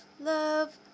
love